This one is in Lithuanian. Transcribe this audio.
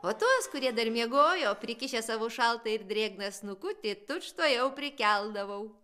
o tuos kurie dar miegojo prikišęs savo šaltą ir drėgną snukutį tučtuojau prikeldavau